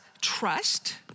trust